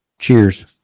Cheers